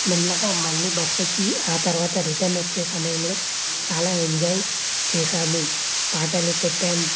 మెల్లగా మళ్లీ బస్సు ఎక్కి ఆ తర్వాత రిటర్న్ వచ్చే సమయంలో చాలా ఎంజాయ్ చేశాము పాటలు పెట్టాం